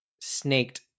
snaked